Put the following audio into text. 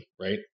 right